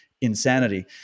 insanity